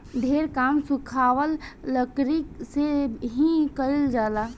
ढेर काम सुखावल लकड़ी से ही कईल जाला